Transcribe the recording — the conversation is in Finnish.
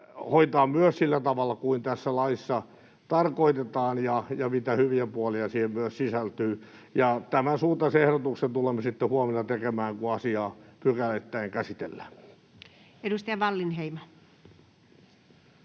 hoitaa myös sillä tavalla kuin tässä laissa tarkoitetaan ja mitä hyviä puolia siihen myös sisältyy. Tämänsuuntaisen ehdotuksen tulemme sitten huomenna tekemään, kun asiaa pykälittäin käsitellään. [Speech